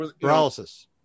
paralysis